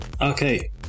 Okay